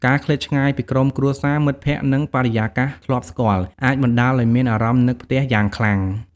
ការឃ្លាតឆ្ងាយពីក្រុមគ្រួសារ មិត្តភក្តិ និងបរិយាកាសធ្លាប់ស្គាល់ អាចបណ្ដាលឲ្យមានអារម្មណ៍នឹកផ្ទះយ៉ាងខ្លាំង។